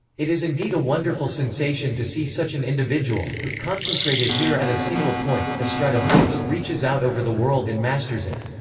it is indeed a wonderful sensation to see such an individual, who, concentrated here at a single point, astride a horse, reaches out over the world and masters it.